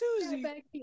Susie